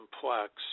complex